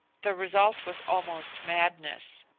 the result was almost madness.